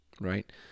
right